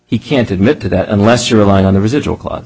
he can't admit to that unless you're relying on the residual c